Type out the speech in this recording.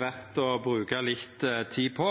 verdt å bruka litt tid på.